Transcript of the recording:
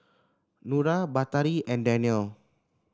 Nura Batari and Danial